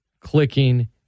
clicking